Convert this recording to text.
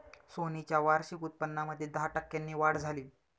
Sony च्या वार्षिक उत्पन्नामध्ये दहा टक्क्यांची वाढ झाली